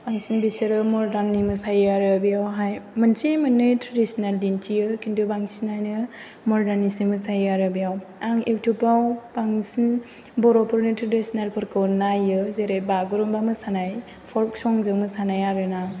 बांसिन बिसोरो मदार्ननि मोसायो आरो बेयावहाय मोनसे मोननै ट्रेडिसनेल दिन्थियो खिन्थु बांसिनानो मदार्ननिसो मोसायो आरो बेयाव आं युटुबआव बांसिन बर'फोरनि ट्रेडिसनेलफोरखौ नायो जेरै बागुरुम्बा मोसानाय फ'क संजों मोसानाय आरोना